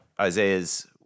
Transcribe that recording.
Isaiah's